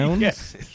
Yes